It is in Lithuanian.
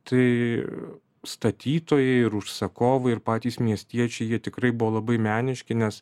tai statytojai ir užsakovai ir patys miestiečiai jie tikrai buvo labai meniški nes